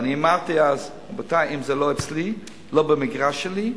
אמרתי אז: רבותי, אם זה לא אצלי, לא במגרש שלי,